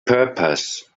purpose